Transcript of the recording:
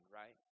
right